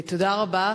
תודה רבה.